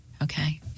Okay